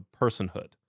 personhood